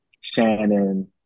Shannon